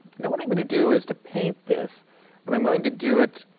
now, what i'm going to do is to paint this and i'm going to do it